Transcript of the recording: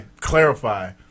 Clarify